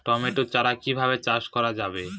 Tomato চারা কিভাবে চাষ করা যাবে?